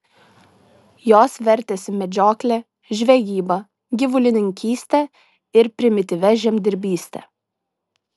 jos vertėsi medžiokle žvejyba gyvulininkyste ir primityvia žemdirbyste